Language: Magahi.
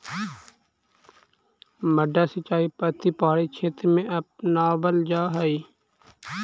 मड्डा सिंचाई पद्धति पहाड़ी क्षेत्र में अपनावल जा हइ